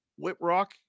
Whitrock